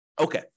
okay